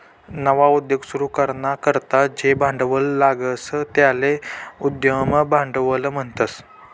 नवा उद्योग सुरू कराना करता जे भांडवल लागस त्याले उद्यम भांडवल म्हणतस